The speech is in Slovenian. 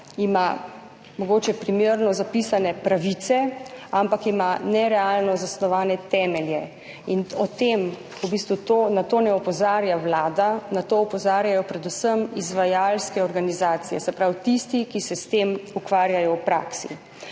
ima mogoče primerno zapisane pravice, ampak ima nerealno zasnovane temelje. V bistvu na to ne opozarja Vlada, na to opozarjajo predvsem izvajalske organizacije, se pravi tisti, ki se s tem ukvarjajo v praksi.